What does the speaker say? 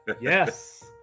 yes